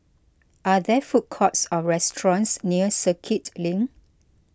are there food courts or restaurants near Circuit Link